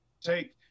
take